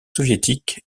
soviétiques